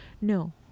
No